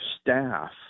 staff